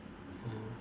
mm